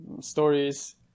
stories